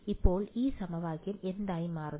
അപ്പോൾ ഈ സമവാക്യം എന്തായി മാറുന്നു